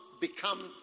become